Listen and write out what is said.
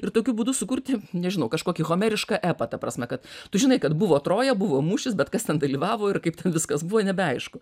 ir tokiu būdu sukurti nežinau kažkokį homerišką epą ta prasme kad tu žinai kad buvo troja buvo mūšis bet kas ten dalyvavo ir kaip ten viskas buvo nebeaišku